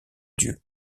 dieu